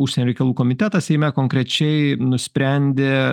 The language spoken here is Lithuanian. užsienio reikalų komitetas seime konkrečiai nusprendė